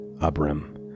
Abram